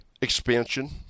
expansion